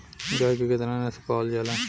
गाय के केतना नस्ल पावल जाला?